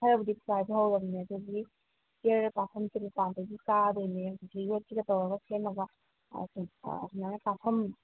ꯈꯔꯕꯨꯗꯤ ꯆꯥꯏꯕ ꯍꯧꯔꯝꯅꯦ ꯑꯗꯨꯒꯤ ꯏꯁꯇꯦꯌꯔ ꯀꯥꯐꯝꯁꯦ ꯃꯄꯥꯟꯗꯒꯤ ꯀꯥꯗꯣꯏꯅꯦ ꯍꯧꯖꯤꯛꯀꯤ ꯌꯣꯠꯁꯤꯒ ꯇꯧꯔꯒ ꯁꯦꯝꯃꯒ ꯁꯨꯃꯥꯏꯅ ꯀꯥꯐꯝ